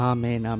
Amen